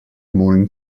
morning